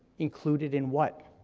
included in what?